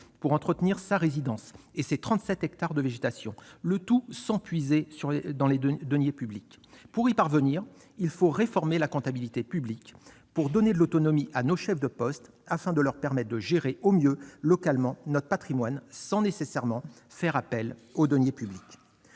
pour entretenir sa résidence et ses trente-sept hectares de végétation, le tout sans puiser dans les deniers publics. Pour y parvenir, il faut réformer la comptabilité publique pour donner de l'autonomie à nos chefs de poste, afin de leur permettre de gérer au mieux localement notre patrimoine sans nécessairement faire appel aux deniers publics.